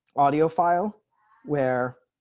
audio file where